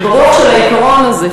וברוח של העיקרון הזה,